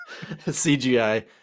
CGI